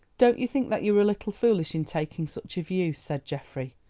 don't you think that you were a little foolish in taking such a view? said geoffrey.